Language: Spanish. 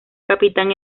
capitán